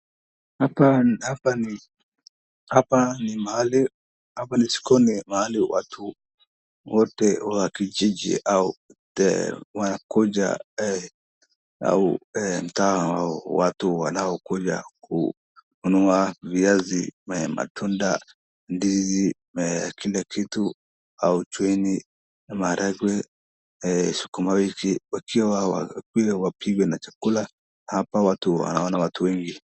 Hapa ni mahali, hapa ni sokoni ambayo watu wote wa kijiji wanakuja kununua viazi, matunda, ndizi maharagwe sukuma wiki wapewe chakula. Hapa unaona watu wengi.